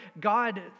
God